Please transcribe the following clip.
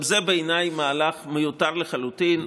גם זה בעיניי מהלך מיותר לחלוטין,